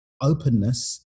openness